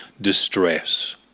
distress